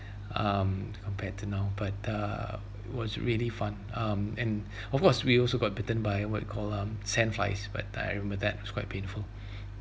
um compared to now but uh was really fun um and of course we also got bitten by uh what you call um sand flies but I remember that was quite painful